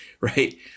Right